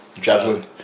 Javelin